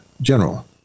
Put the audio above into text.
general